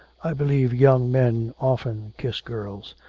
i believe young men often kiss girls.